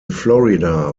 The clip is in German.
florida